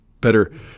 better